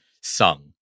sung